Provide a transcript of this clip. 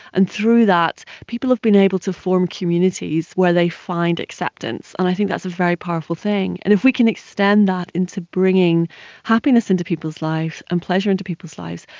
and through that people have been able to form communities where they find acceptance and i think that's a very powerful thing. and if we can extend that into bringing happiness into people's livee and pleasure into people's lives,